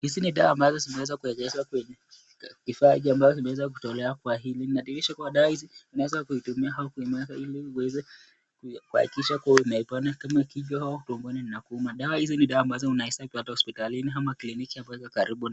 Hizi ni dawa ambazo zimeweza kuwekezwa kwenye, kifaa hiki ambacho kimeza kutolewa kwa hizi. Inadhihirisha kwamba dawa hizi unaweza kuitumia au kiimeza ili uweze, kuakikisha kuwa umeipona kama kichwa ama tumbo inakuuma . Dawa hizi ni dawa ambazo unaweza kuzipata hosptalini ama kliniki ambayo iko karibu nawe.